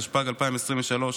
התשפ"ג 2023,